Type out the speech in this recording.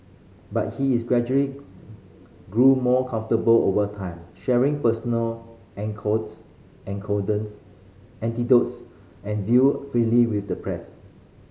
but he is gradually grew more comfortable over time sharing personal anecdotes and viewfreely with the press